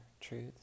truths